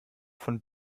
von